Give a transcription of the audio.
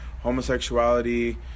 homosexuality